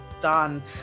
done